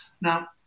now